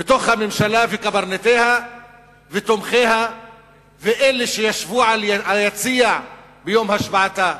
בתוך הממשלה וקברניטיה ותומכיה ואלה שישבו ביציע ביום השבעתה,